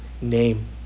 name